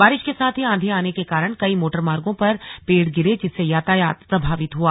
बारिश के साथ ही आंधी आने के कारण कई मोटरमार्गों पर पेड़ गिरे जिससे यातायात प्रभावित हुआ